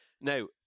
Now